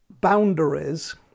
boundaries